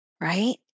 right